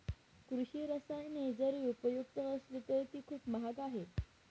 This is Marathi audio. कृषी रसायने जरी उपयुक्त असली तरी ती खूप महाग आहेत